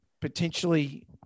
potentially